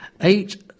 eight